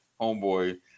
homeboy